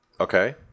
Okay